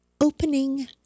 Opening